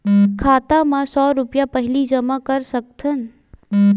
खाता मा सौ रुपिया पहिली जमा कर सकथन?